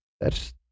thats